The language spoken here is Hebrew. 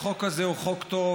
החוק הזה הוא חוק טוב,